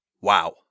Wow